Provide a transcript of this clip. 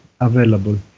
available